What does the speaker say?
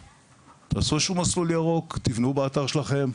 תעשו שוב מסלול ירוק, תבנו באתר שלכם,